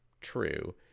true